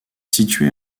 situé